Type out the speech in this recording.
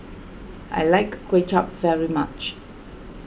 I like Kuay Chap very much